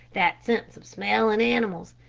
that sense of smell in animals,